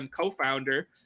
co-founder